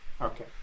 Okay